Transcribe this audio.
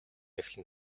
эхэлнэ